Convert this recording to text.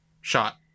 shot